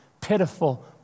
pitiful